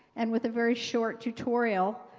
and with a very short tutorial,